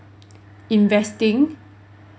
investing